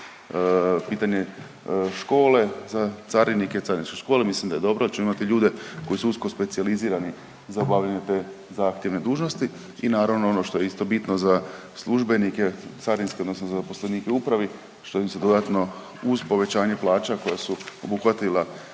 Pitanje škole za carinike, carinske škole mislim da je dobro da ćemo imati ljude koji su usko specijalizirani za obavljanje te zahtjevne dužnosti i naravno ono što je isto bitno za službenike carinske odnosno za zaposlenike u upravi što im se dodatno uz povećanje plaća koja su obuhvatile